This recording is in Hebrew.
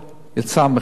יצא מכרז.